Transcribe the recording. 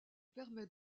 permet